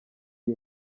iyi